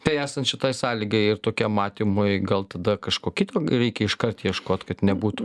tai esant šitai sąlygai ir tokiam matymui gal tada kažko kitko reikia iškart ieškot kad nebūtų